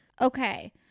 Okay